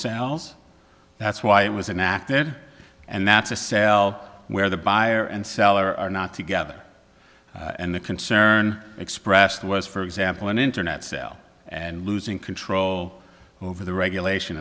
sales that's why it was an act then and that's a cell where the buyer and seller are not together and the concern expressed was for example an internet cell and losing control over the regulation